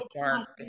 dark